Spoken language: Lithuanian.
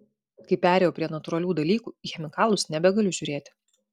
kai perėjau prie natūralių dalykų į chemikalus nebegaliu žiūrėti